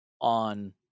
on